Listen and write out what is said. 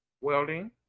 welding